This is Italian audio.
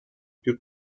più